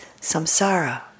samsara